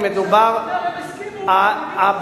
עכשיו אתה אומר: הם הסכימו, הוא לא חוק מפלה.